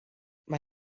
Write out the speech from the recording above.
mae